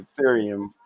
Ethereum